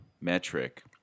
metric